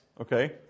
Okay